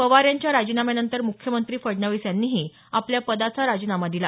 पवार यांच्या राजीनाम्यानंतर मुख्यमंत्री फडणवीस यांनीही आपल्या पदाचा राजीनामा दिला